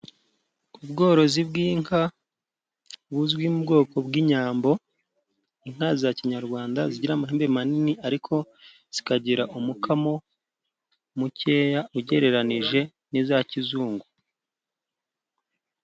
Ubworozi bw'inka buzwi mu bwoko bw'inyambo, inka za kinyarwanda zigira amahembe manini, ariko zikagira umukamo mukeya ugereranije n'iza kizungu.